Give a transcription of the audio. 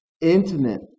Intimate